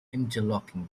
interlocking